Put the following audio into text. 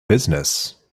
business